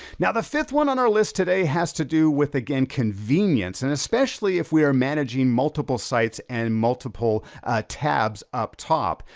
now the fifth one on our list today, has to do with, again, convenience. and especially if we are managing multiple sites, and multiple tabs up top.